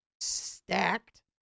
stacked